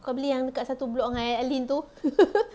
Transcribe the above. kau beli yang dekat satu blok dengan aileen tu